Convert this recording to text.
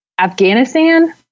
Afghanistan